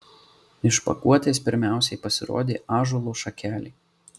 iš pakuotės pirmiausiai pasirodė ąžuolo šakelė